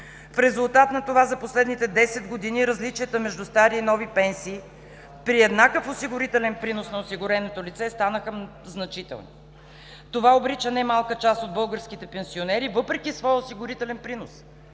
В резултат на това за последните 10 години различията между стари и нови пенсии, при еднакъв осигурителен принос на осигуреното лице, станаха значителни. Това обрича немалка част от българските пенсионери, въпреки своя осигурителен принос